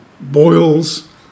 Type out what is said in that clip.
boils